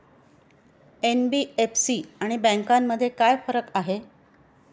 NBFC आणि बँकांमध्ये काय फरक आहे?